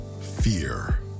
Fear